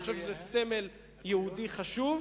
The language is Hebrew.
אני חושב שזה סמל יהודי חשוב,